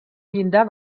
llindar